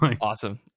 awesome